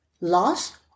loss